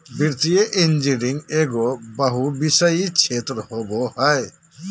वित्तीय इंजीनियरिंग एगो बहुविषयी क्षेत्र होबो हइ